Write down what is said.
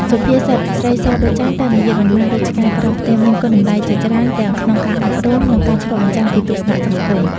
សុភាសិត "ស្រីសដូចចាន តែមាយាទមិនបានដូចឆ្កែក្រោមផ្ទះ" មានគុណតម្លៃជាច្រើនទាំងក្នុងការអប់រំ និងការឆ្លុះបញ្ចាំងពីទស្សនៈសង្គម។